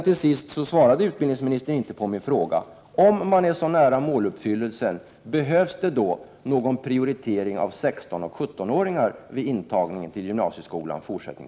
Till sist: Utbildningsministern svarade inte på min fråga: Om man är så nära måluppfyllelsen, behövs det då fortsättningsvis någon prioritering av 16 och 17-åringar vid intagningen till gymnasieskolan?